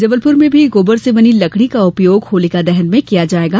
जबलपुर में भी गोबर से बनी लकड़ी का उपयोग होलिका दहन में किया जायेगा